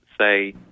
say